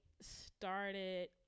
started